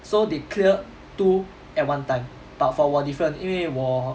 so they clear two at one time but for 我 different 因为我